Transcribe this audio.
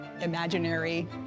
imaginary